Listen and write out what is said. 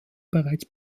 bereits